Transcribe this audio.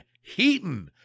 Heaton